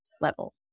level